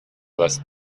las